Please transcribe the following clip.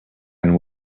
and